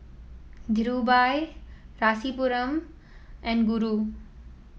Dhirubhai Rasipuram and Guru